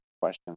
question